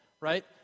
right